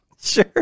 sure